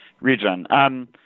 region